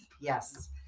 Yes